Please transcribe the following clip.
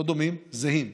לא דומים, זהים.